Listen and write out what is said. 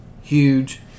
huge